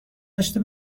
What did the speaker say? داشته